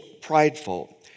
prideful